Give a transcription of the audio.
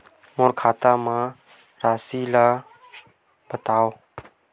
मोर खाता म राशि ल बताओ?